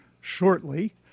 shortly